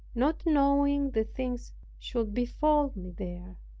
not knowing the things should befall me there,